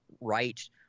right